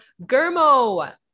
germo